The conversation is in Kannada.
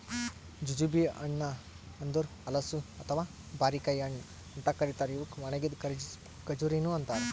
ಜುಜುಬಿ ಹಣ್ಣ ಅಂದುರ್ ಹಲಸು ಅಥವಾ ಬಾರಿಕಾಯಿ ಹಣ್ಣ ಅಂತ್ ಕರಿತಾರ್ ಇವುಕ್ ಒಣಗಿದ್ ಖಜುರಿನು ಅಂತಾರ